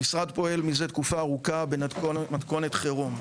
המשרד פועל מזה תקופה ארוכה במתכונת חירום,